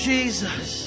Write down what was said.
Jesus